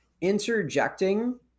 interjecting